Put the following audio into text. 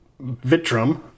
Vitrum